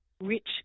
rich